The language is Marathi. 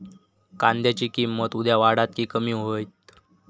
कांद्याची किंमत उद्या वाढात की कमी होईत?